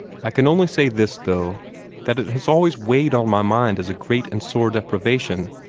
i can only say this, though that it has always weighed on my mind as a great and sore deprivation,